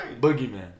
Boogeyman